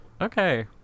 Okay